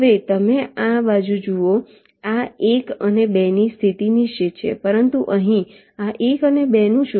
હવે તમે આ બાજુ જુઓ આ 1 અને 2 ની સ્થિતિ નિશ્ચિત છે પરંતુ અહીં આ 1 અને 2 નું શું